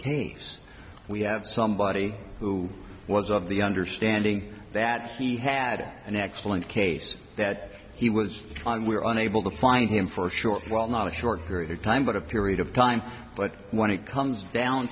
case we have somebody who was of the understanding that he had an excellent case that he was on we were unable to find him for a short while not a short period of time but a period of time but when it comes down